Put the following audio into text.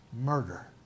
murder